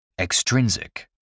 Extrinsic